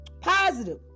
Positive